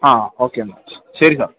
ആ ഓക്കെ എന്നാ ശെരി സാർ